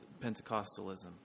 Pentecostalism